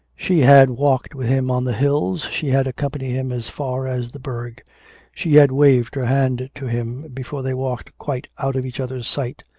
she had walked with him on the hills, she had accompanied him as far as the burgh she had waved her hand to him before they walked quite out of each other's sight.